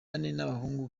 n’abahungu